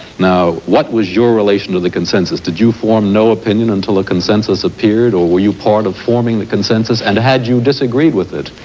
now what was your relation to the consensus? did you form no opinion until the consensus appeared or were you part of forming the consensus? and had you disagreed with it,